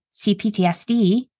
CPTSD